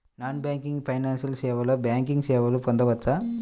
Non banking financial సేవలో banking సేవలను పొందవచ్చా?